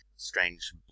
strange